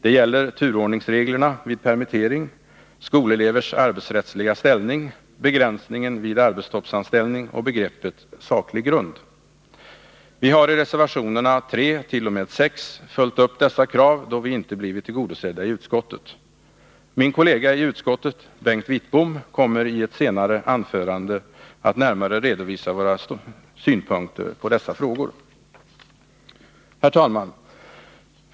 Det gäller turordningsreglerna vid permittering, skolelevers arbetsrättsliga ställning, begränsningen vid arbetstoppsanställning och begreppet saklig grund. Vi har i reservationerna 3-6 följt upp dessa krav, då vi inte blivit tillgodosedda i utskottet. Min kollega i utskottet, Bengt Wittbom, kommer i ett senare anförande att närmare redovisa våra synpunkter på dessa frågor. Herr talman!